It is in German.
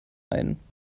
ein